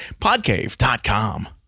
PodCave.com